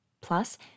Plus